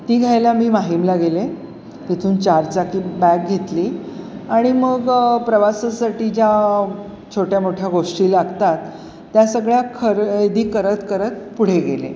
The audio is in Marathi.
ती घ्यायला मी माहिमला गेले तिथून चारचाकी बॅग घेतली आणि मग प्रवासासाठी ज्या छोट्या मोठ्या गोष्टी लागतात त्या सगळ्या खरेदी करत करत पुढे गेले